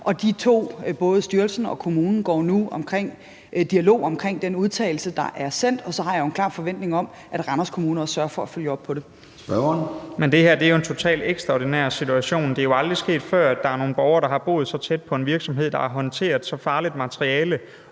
Og de to, både styrelsen og kommunen, går nu i dialog omkring den udtalelse, der er sendt, og så har jeg jo en klar forventning om, at Randers Kommune sørger for at følge op på det. Kl. 13:13 Formanden (Søren Gade): Spørgeren. Kl. 13:13 Nick Zimmermann (DF): Det her er jo en totalt ekstraordinær situation. Det er jo aldrig sket før, at der er nogle borgere, der har boet så tæt på en virksomhed, der har håndteret så farligt materiale